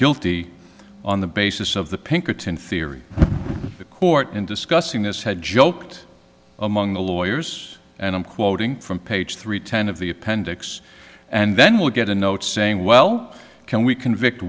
guilty on the basis of the pinkerton theory the court in discussing this had joked among the lawyers and i'm quoting from page three ten of the appendix and then we'll get a note saying well can we convict